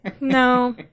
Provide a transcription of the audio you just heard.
No